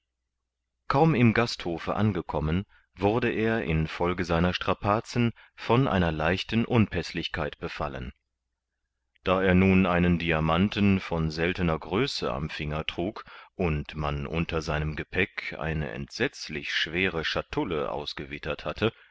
kaum im gasthofe angekommen wurde er in folge seiner strapazen von einer leichten unpäßlichkeit befallen da er nun einen diamanten von seltener größe am finger trug und man unter seinem gepäck eine entsetzlich schwere chatoulle ausgewittert hatte